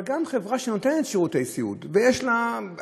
אלא גם חברה שנותנת שירותי סיעוד והביטוח